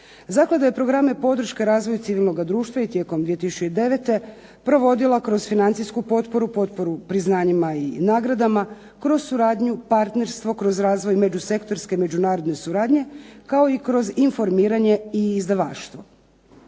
Zaklada je programe podrške razvoju civilnoga društva i tijekom 2009. provodila kroz financijsku potporu, potporu priznanjima i nagradama, kroz suradnju, partnerstvo, kroz razvoj međusektorske međunarodne suradnje, kao i kroz informiranje i izdavaštvo.